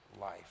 life